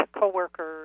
coworkers